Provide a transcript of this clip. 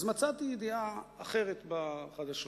אז מצאתי ידיעה אחרת בחדשות,